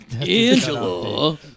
Angela